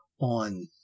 on